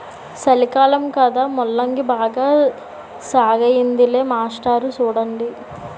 సలికాలం కదా ముల్లంగి బాగా సాగయ్యిందిలే మాస్టారు సూడండి